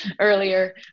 earlier